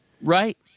Right